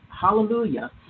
Hallelujah